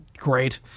great